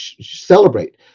celebrate